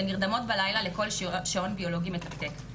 שנרדמות בלילה לקול שעון ביולוגי מתקתק,